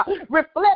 reflect